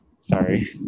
Sorry